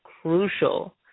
crucial